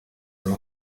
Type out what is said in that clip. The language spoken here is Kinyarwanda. nko